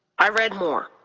i read more.